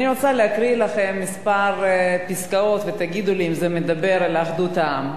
אני רוצה להקריא לכם כמה פסקאות ותגידו לי אם זה מדבר על אחדות העם.